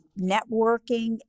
networking